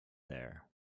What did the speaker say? there